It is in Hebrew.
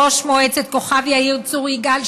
ראש מועצת כוכב יאיר-צור יגאל,